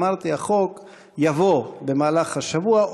אמרתי: החוק יבוא במהלך השבוע,